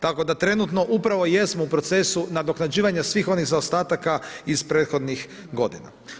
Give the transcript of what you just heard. Tako da trenutno upravo jesmo u procesu nadoknađivanja svih onih zaostataka iz prethodnih godina.